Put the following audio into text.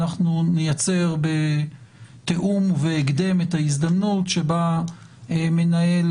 אנחנו נייצר בתיאום ובהקדם את ההזדמנות שבה מנהל